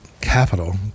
capital